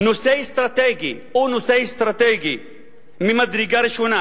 הוא נושא אסטרטגי ממדרגה ראשונה.